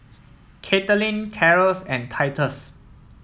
Katelin Caro and Titus